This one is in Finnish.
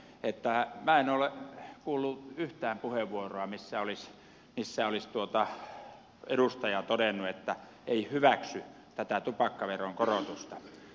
minä en ole kuullut yhtään puheenvuoroa missä olisi edustaja todennut että ei hyväksy tätä tupakkaveron korotusta